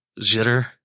jitter